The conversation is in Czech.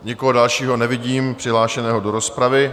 Nikoho dalšího nevidím přihlášeného do rozpravy.